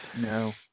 No